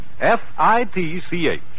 F-I-T-C-H